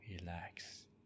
Relax